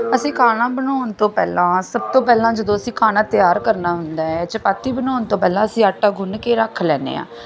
ਅਸੀਂ ਖਾਣਾ ਬਣਾਉਣ ਤੋਂ ਪਹਿਲਾਂ ਸਭ ਤੋਂ ਪਹਿਲਾਂ ਜਦੋਂ ਅਸੀਂ ਖਾਣਾ ਤਿਆਰ ਕਰਨਾ ਹੁੰਦਾ ਹੈ ਚਪਾਤੀ ਬਣਾਉਣ ਤੋਂ ਪਹਿਲਾਂ ਅਸੀਂ ਆਟਾ ਗੁੰਨ ਕੇ ਰੱਖ ਲੈਂਦੇ ਹਾਂ